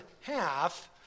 half